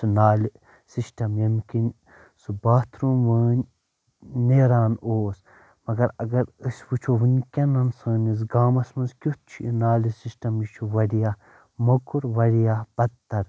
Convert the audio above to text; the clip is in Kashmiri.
تہٕ نالہِ سِسٹم ییٚمہِ کِنۍ سُہ باتھ روٗم وان نیران اوس مگر اگر أسۍ وُچھُو ؤنکیٚنن سٲنِس گامس منٛز کُیتھ چھُ یہِ نالہِ سِسٹم یہِ چھُ وارِیاہ مۅکُر وارِیاہ بدتر